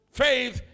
faith